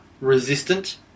resistant